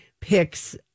picks